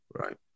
Right